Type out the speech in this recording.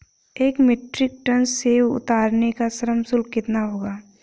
एक मीट्रिक टन सेव उतारने का श्रम शुल्क कितना होगा?